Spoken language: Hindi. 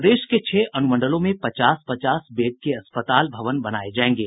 प्रदेश के छह अनुमंडलों में पचास पचास बेड के अस्पताल भवन बनाये जायेंगे